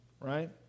right